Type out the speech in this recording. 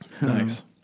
nice